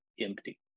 empty